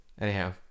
Anyhow